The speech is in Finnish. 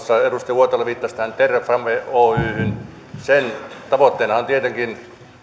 uotila viittasi tähän terrafame oyhyn sen tavoitteena on tietenkin